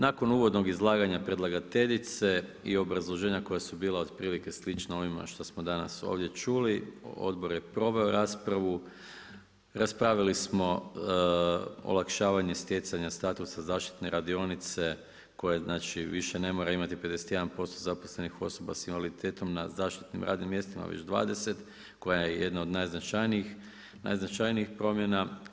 Nakon uvodnog izlaganja predlagateljice i obrazloženja koja su bila otprilike slična onima što smo danas ovdje čuli, odbor je proveo raspravu, raspravili smo olakšavanje stjecanja statusa zaštitne radionice koja znači više ne mora imati 51% zaposlenih osoba sa invaliditetom na zaštitnim radnim mjestima već 20 koja je jedna od najznačajnijih promjena.